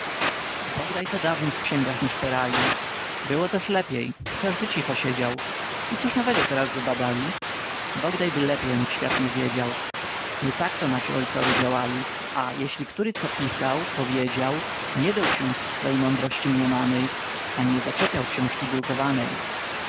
ladajaki bodajto dawni w xięgach nie szperali było też lepiej każdy cicho siedział i cóż nowego teraz wybadali bodajby lepiej o nich świat nie wiedział nie takto nasi ojcowie działali a jeśli który co pisał powiedział nie dął się z swojej mądrości mniemanej ani zaczepiał xiążki drukowanej